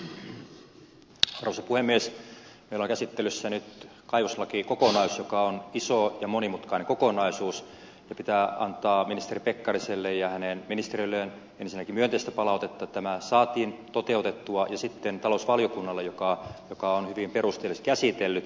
meillä on käsittelyssä nyt kaivoslakikokonaisuus joka on iso ja monimutkainen kokonaisuus ja pitää antaa ministeri pekkariselle ja hänen ministeriölleen ensinnäkin myönteistä palautetta että tämä saatiin toteutettua ja sitten talousvaliokunnalle joka on hyvin perusteellisesti käsitellyt sen